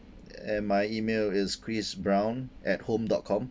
and my email is chris brown at home dot com